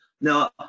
Now